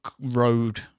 road